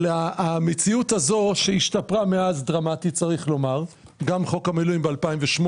למרות שהמציאות השתפרה מאז דרמטית גם חוק המילואים ב-2008,